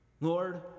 Lord